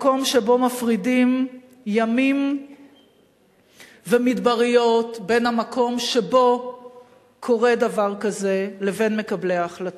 שמפרידים ימים ומדבריות בין המקום שבו קורה דבר כזה לבין מקבלי ההחלטות.